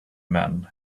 men